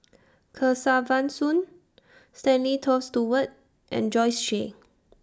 Kesavan Soon Stanley Toft Stewart and Joyce She